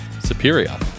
superior